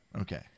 Okay